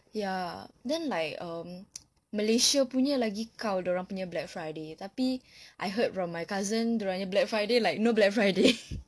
ya then like um malaysia punya lagi kaw dia orang punya black friday tapi I heard from my cousin dia orang punya black friday like no black friday